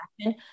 action